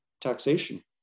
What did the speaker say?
taxation